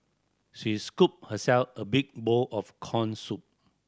she scooped herself a big bowl of corn soup